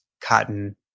cotton